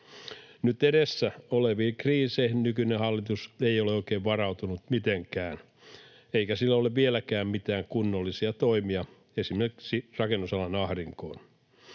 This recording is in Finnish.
Nyt edessä oleviin kriiseihin nykyinen hallitus ei ole oikein varautunut mitenkään, eikä sillä ole vieläkään mitään kunnollisia toimia esimerkiksi rakennusalan ahdinkoon.